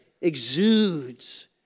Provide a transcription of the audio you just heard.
exudes